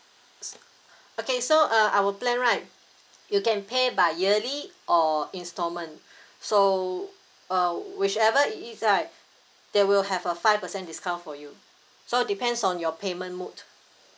s~ okay so uh our plan right you can pay by yearly or installment so uh whichever i~ is like there will have a five percent discount for you so depends on your payment mode